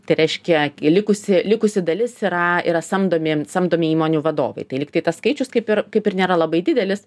tai reiškia likusi likusi dalis yra yra samdomi samdomi įmonių vadovai tai lyg tai tas skaičius kaip ir kaip ir nėra labai didelis